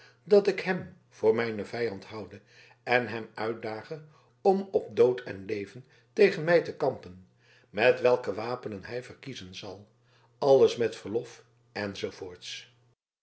dat ik hem voor mijnen vijand houde en hem uitdage om op dood en leven tegen mij te kampen met welke wapenen hij verkiezen zal alles met verlof